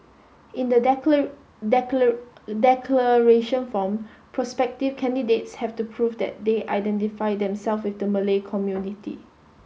in the declaration form prospective candidates have to prove that they identify themselves with the Malay community